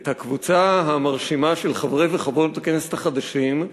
את הקבוצה המרשימה של חברי וחברות הכנסת החדשים.